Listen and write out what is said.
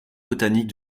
botanique